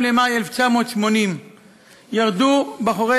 יוצא בגליל.